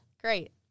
Great